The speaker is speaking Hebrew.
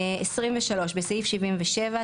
(23) בסעיף 77,